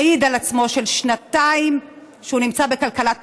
מעיד על עצמו, ששנתיים שהוא נמצא בכלכלת בחירות.